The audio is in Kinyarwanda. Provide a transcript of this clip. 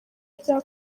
bya